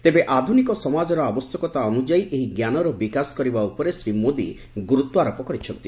ତେବେ ଆଧୁନିକ ସମାଜର ଆବଶ୍ୟକତା ଅନୁଯାୟୀ ଏହି ଜ୍ଞାନର ବିକାଶ କରିବା ଉପରେ ଶ୍ରୀ ମୋଦି ଗୁର୍ତ୍ୱାରୋପ କରିଛନ୍ତି